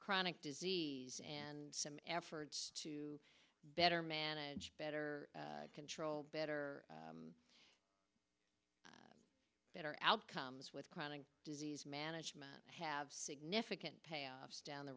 chronic disease and some efforts to better manage better control better better outcomes with chronic disease management have significant payoffs down the